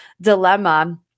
dilemma